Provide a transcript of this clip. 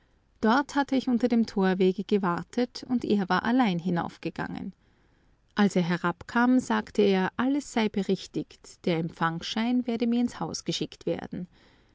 dort hatte ich unter dem torwege gewartet und er war allein hinaufgegangen als er herabkam sagte er alles sei berichtigt der empfangsschein werde mir ins haus geschickt werden